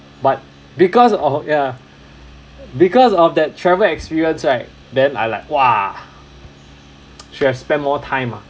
but because of yeah because of that travel experience right then I like !wah! should have spent more time ah